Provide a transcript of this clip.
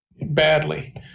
Badly